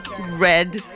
red